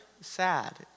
sad